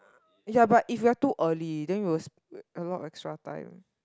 ya but if we are too early then we will sp~ we will have an extra time